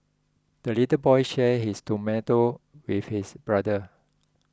the little boy shared his tomato with his brother